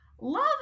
Love